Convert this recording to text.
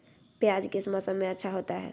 प्याज किस मौसम में अच्छा होता है?